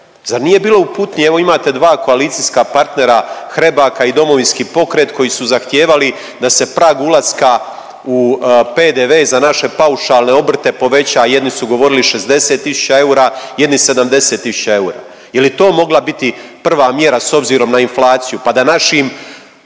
Zar nije bilo uputnije, evo imate dva koalicijska partnera Hrebaka i DP koji su zahtijevali da se prag ulaska u PDV za naše paušalne obrte poveća jedni su govorili 60 tisuća eura, jedni 70 tisuća eura, je li to mogla biti prva mjera s obzirom na inflaciju